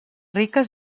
riques